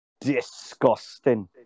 Disgusting